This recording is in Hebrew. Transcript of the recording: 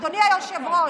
אדוני היושב-ראש,